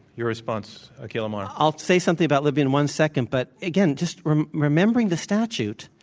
your response. akhil amar. i'll say something about libya in one second, but again, just remembering the statute,